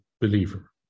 believer